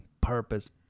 purpose